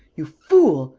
you fool!